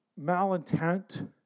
malintent